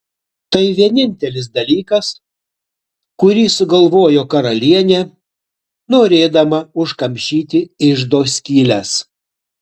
tai vienintelis dalykas kurį sugalvojo karalienė norėdama užkamšyti iždo skyles